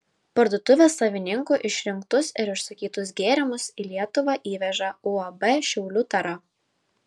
parduotuvės savininkų išrinktus ir užsakytus gėrimus į lietuvą įveža uab šiaulių tara